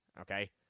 Okay